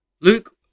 Luke